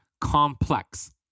Complex